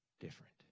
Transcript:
different